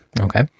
Okay